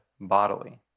bodily